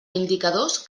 indicadors